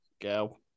Go